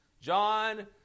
John